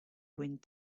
wind